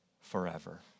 forever